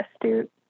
astute